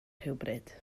rhywbryd